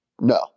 No